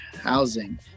housing